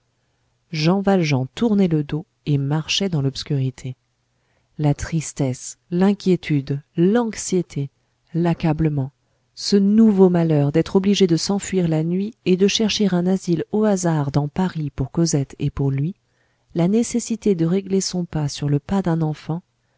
jean valjean tournait le dos et marchait dans l'obscurité la tristesse l'inquiétude l'anxiété l'accablement ce nouveau malheur d'être obligé de s'enfuir la nuit et de chercher un asile au hasard dans paris pour cosette et pour lui la nécessité de régler son pas sur le pas d'un enfant